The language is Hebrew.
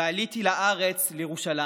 ועליתי לארץ, לירושלים.